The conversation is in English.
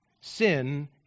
Sin